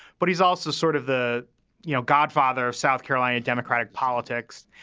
but he's also sort of the you know godfather of south carolina democratic politics.